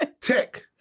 Tech